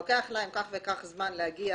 לוקח להם כך וכך זמן להגיע